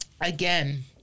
again